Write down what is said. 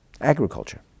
agriculture